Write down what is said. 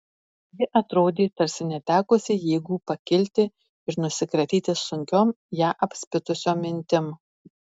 ji atrodė tarsi netekusi jėgų pakilti ir nusikratyti sunkiom ją apspitusiom mintim